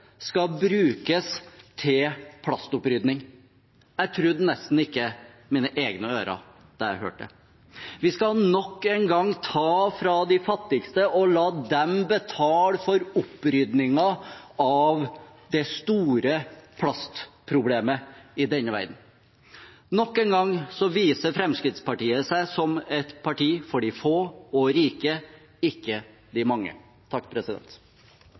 skal brukes til plastopprydning. Jeg trodde nesten ikke mine egne ører da jeg hørte det. Vi skal nok en gang ta fra de fattigste og la dem betale for opprydningen av det store plastproblemet i denne verden. Nok en gang viser Fremskrittspartiet seg som et parti for de få og rike, ikke de mange.